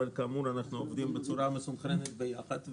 אבל כאמור אנחנו עובדים בצורה מסונכרנת ביחד.